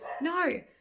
No